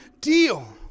deal